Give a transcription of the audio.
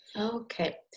Okay